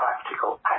practical